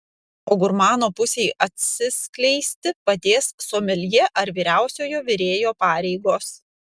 o gurmano pusei atsiskleisti padės someljė ar vyriausiojo virėjo pareigos